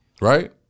Right